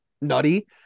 nutty